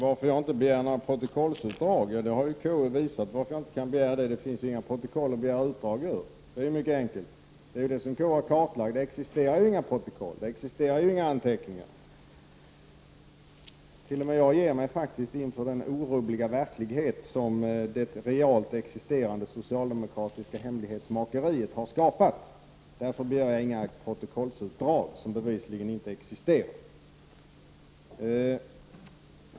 Fru talman! Anledningen till att jag inte har begärt några protokollsutdrag är att det inte finns några protokoll att begära utdrag från, vilket KU har visat. Det är mycket enkelt. Det är ju detta som KU har kartlagt. Det existerar inga protokoll, det existerar inga anteckningar. T.o.m. jag ger mig faktiskt inför den orubbliga verklighet som det realt existerande socialdemokratiska hemlighetsmakeriet har skapat. Jag begär inga protokollsutdrag, eftersom dessa protokoll bevisligen inte existerar.